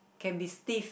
can be stiff